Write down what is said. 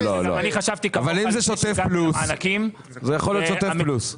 זה יכול להיות שוטף פלוס.